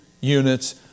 units